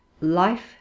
life